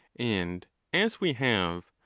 and as we have,